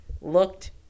looked